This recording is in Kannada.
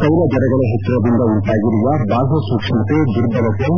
ತೈಲ ದರಗಳ ಹೆಚ್ಚಳದಿಂದ ಉಂಟಾಗಿರುವ ಬಾಷ್ಕ ಸೂಕ್ಷ್ಮತೆ ದುರ್ಬಲತೆ